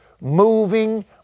moving